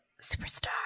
Superstar